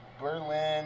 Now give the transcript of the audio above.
Berlin